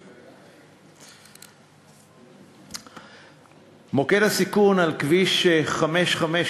1 2. מוקד הסיכון על כביש 554,